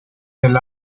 del